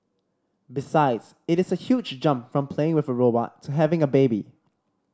besides it is a huge jump from playing with a robot to having a baby